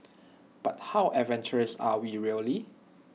but how adventurous are we really